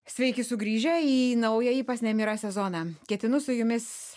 sveiki sugrįžę į naująjį pas nemirą sezoną ketinu su jumis